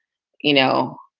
you know,